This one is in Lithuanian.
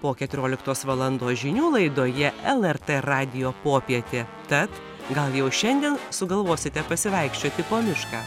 po keturioliktos valandos žinių laidoje lrt radijo popietė tad gal jau šiandien sugalvosite pasivaikščioti po mišką